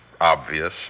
obvious